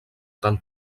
tan